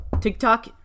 TikTok